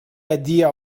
idea